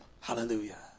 Hallelujah